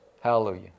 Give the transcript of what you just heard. Hallelujah